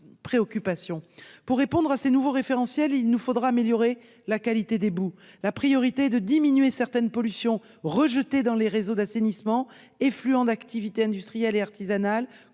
préoccupations. Pour répondre à ces nouveaux référentiels, il nous faudra améliorer la qualité des boues. La priorité est de diminuer certaines pollutions rejetées dans les réseaux d'assainissement, effluents d'activités industrielles et artisanales